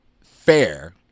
fair